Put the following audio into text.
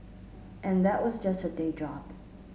and that was just her day job